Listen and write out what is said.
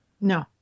No